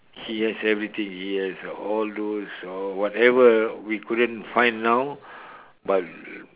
he has everything he has all those all whatever we couldn't find now but